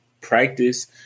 practice